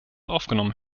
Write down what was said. aufgenommen